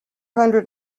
hundred